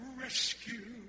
rescue